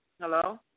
Hello